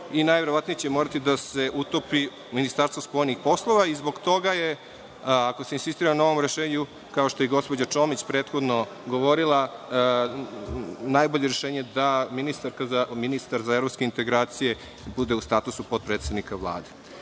najverovatnije će morati da se utopi Ministarstvo spoljnih poslova i zbog toga je, ako se insistira na ovom rešenju, kao što je gospođa Čomić prethodno govorila, najbolje je rešenje da ministarka, ministar za evropske integracije bude u statusu potpredsednika Vlade. Da